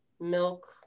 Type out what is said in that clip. milk